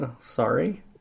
Sorry